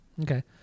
Okay